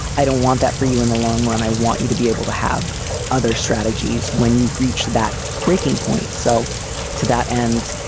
i don't want that for you in the long run. i want you to be able to have other strategies when you've reached that breaking point. so to that end,